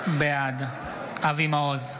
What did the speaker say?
בעד אבי מעוז,